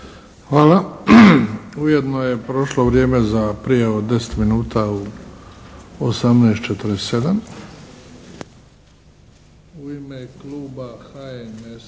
Hvala. Ujedno je prošlo vrijeme za prijavu od 10 minuta u 18,47.